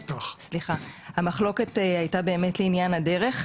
המחלוקת הייתה לעניין הדרך,